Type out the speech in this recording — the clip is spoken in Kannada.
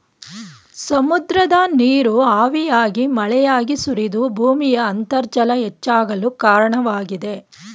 ಸಮುದ್ರದ ನೀರು ಹಾವಿಯಾಗಿ ಮಳೆಯಾಗಿ ಸುರಿದು ಭೂಮಿಯ ಅಂತರ್ಜಲ ಹೆಚ್ಚಾಗಲು ಕಾರಣವಾಗಿದೆ